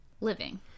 living